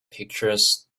pictures